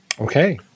okay